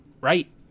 Right